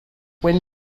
when